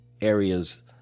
areas